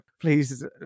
please